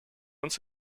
uns